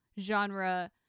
genre